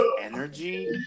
energy